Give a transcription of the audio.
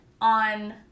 on